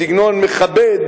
בסגנון מכבד,